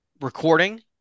recording